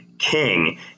King